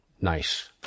nice